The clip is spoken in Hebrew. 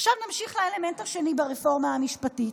עכשיו נמשיך לאלמנט השני ברפורמה המשפטית,